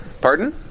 Pardon